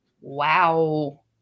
Wow